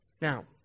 Now